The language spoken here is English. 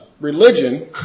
religion